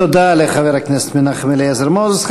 תודה לחבר הכנסת מנחם אליעזר מוזס.